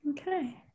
Okay